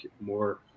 more